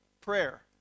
prayer